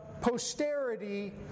posterity